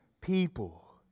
people